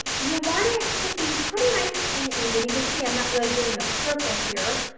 you want it to be pretty nice and even. you can see i'm not really doing a circle here,